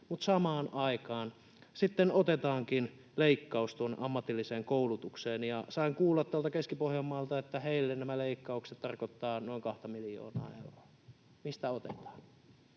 samaan aikaan sitten tehdäänkin leikkaus ammatilliseen koulutukseen. Sain kuulla tuolta Keski-Pohjanmaalta, että heille nämä leikkaukset tarkoittavat noin kahta miljoonaa euroa. Mistä otetaan?